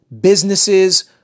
businesses